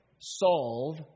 solve